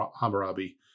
Hammurabi